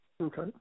Okay